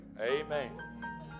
Amen